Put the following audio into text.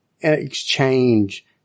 exchange